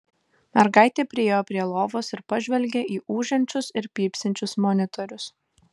mergaitė priėjo prie lovos ir pažvelgė į ūžiančius ir pypsinčius monitorius